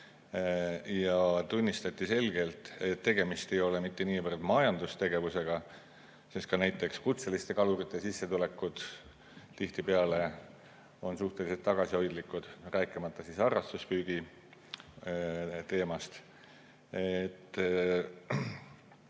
Tunnistati selgelt, et tegemist ei ole mitte niivõrd majandustegevusega, sest ka näiteks kutseliste kalurite sissetulekud on tihtipeale suhteliselt tagasihoidlikud, rääkimata harrastuspüügi teemast.